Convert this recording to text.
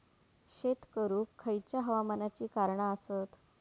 शेत करुक खयच्या हवामानाची कारणा आसत?